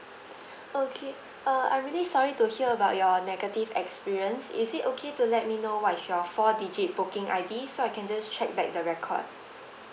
okay uh I really sorry to hear about your negative experience is it okay to let me know what is your four digit booking I_D so I can just check back the record